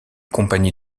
compagnie